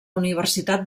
universitat